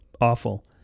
awful